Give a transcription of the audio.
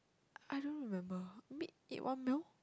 I don't remember meet eat one meal